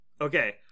okay